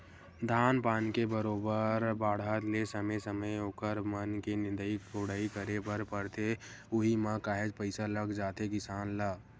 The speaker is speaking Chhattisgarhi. धान पान के बरोबर बाड़हत ले समे समे ओखर बन के निंदई कोड़ई करे बर परथे उहीं म काहेच पइसा लग जाथे किसान ल